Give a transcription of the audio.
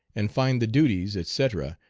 and find the duties, etc,